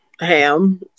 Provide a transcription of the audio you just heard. ham